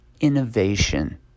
innovation